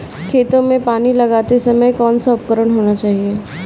खेतों में पानी लगाते समय कौन सा उपकरण होना चाहिए?